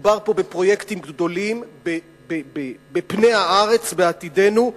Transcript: מדובר פה בפרויקטים גדולים בפני הארץ, בעתידנו.